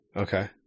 Okay